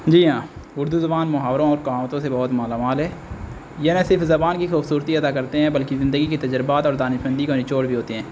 جی ہاں اردو زبان محاوروں اور کہاوتوں سے بہت مالامال ہے یہ نہ صرف زبان کی خوبصورتی عطا کرتے ہیں بلکہ زندگی کے تجربات اور دانشمندی کو نچوڑ بھی ہوتے ہیں